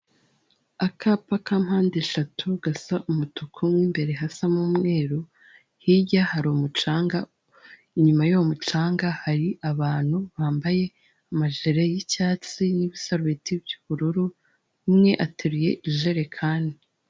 Akapa ka mpande eshatu gasa umutuku mo imbere hasa n'umweru, hirya hari umucanga, inyuma y'uwo mucanga hari abantu bambaye amajire y'icyatsi n'ibisarubeti by'ubururu, umwe ateruye jerekani.